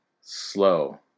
slow